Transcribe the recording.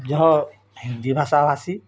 ଯହ ହିନ୍ଦୀ ଭାଷାଭାଷୀ